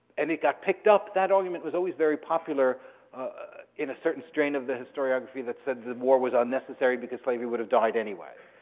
and it got picked up. that argument was always very popular in a certain strain of the historiography that says the war was unnecessary because slavery would have died anyway.